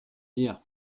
dire